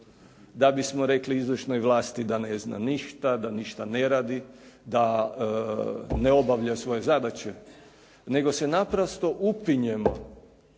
da bismo rekli izvršnoj vlasti da ne zna ništa, da ništa ne radi, da ne obavlja svoje zadaće nego se naprosto upinjemo